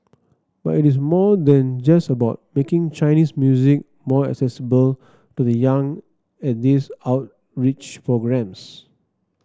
but it is more than just about making Chinese music more accessible to the young at these outreach programmes